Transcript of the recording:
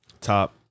top